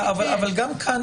אבל גם כאן,